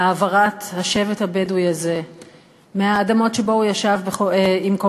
העברת השבט הבדואי הזה מהאדמות שעליהן הוא ישב עם קום